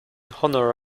honour